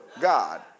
God